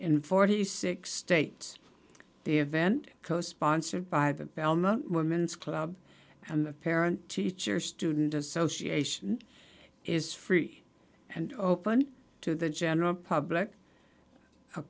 in forty six states the event co sponsored by the belmar women's club and parent teacher student association is free and open to the general public a